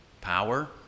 power